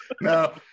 No